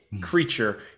creature